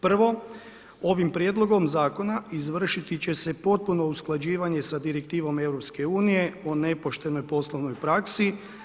Prvo, ovim prijedlogom zakona izvršiti će se potpuno usklađivanje sa direktivom EU o nepoštenoj poslovnoj praksi.